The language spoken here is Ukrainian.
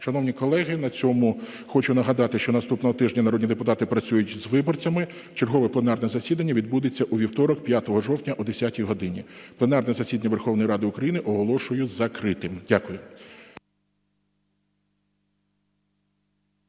Шановні колеги, на цьому хочу нагадати, що наступного тижня народні депутати працюють з виборцями. Чергове пленарне засідання відбудеться у вівторок 5 жовтня о 10 годині. Пленарне засідання Верховної Ради України оголошую закритим. Дякую.